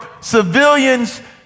civilians